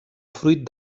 fruit